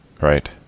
Right